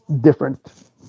different